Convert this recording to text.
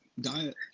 diet